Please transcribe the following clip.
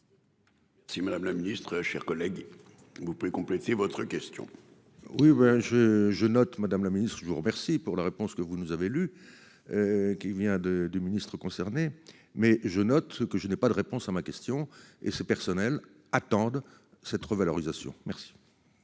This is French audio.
Si Madame la Ministre, chers collègues. Vous pouvez compléter votre question. Oui ben je je note Madame la Ministre je vous remercie pour la réponse que vous nous avez lu. Qui vient de du ministre concerné mais je note ce que je n'ai pas de réponse à ma question, est ce personnel attendent cette revalorisation merci.